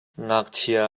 ngakchia